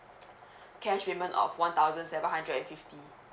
cash payment of one thousand seven hundred and fifty